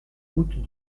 route